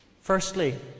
Firstly